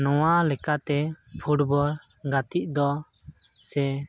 ᱱᱚᱣᱟ ᱞᱮᱠᱟᱛᱮ ᱯᱷᱩᱴᱵᱚᱞ ᱜᱟᱛᱮᱜ ᱫᱚ ᱥᱮ